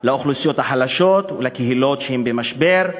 לאוכלוסיות החלשות ולקהילות שהן במשבר,